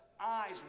eyes